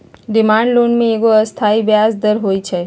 demand loan में एगो अस्थाई ब्याज दर होइ छइ